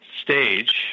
stage